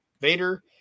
Vader